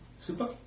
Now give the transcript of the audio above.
Super